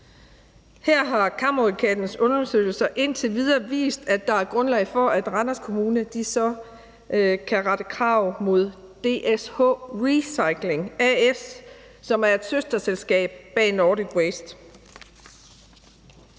Her har Kammeradvokatens undersøgelser indtil videre vist, at der er grundlag for, at Randers Kommune kan rette krav mod DSH Recycling A/S, som er et søsterselskab til Nordic Waste.